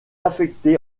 affectée